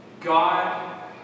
God